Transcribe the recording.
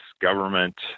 government